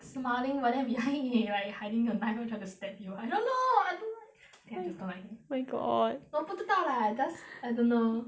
smiling but then behind he like hiding a knife trying to stab you I don't know I don't like think I just don't like him oh my god 我不知道啦 does I don't know